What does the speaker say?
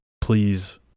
Please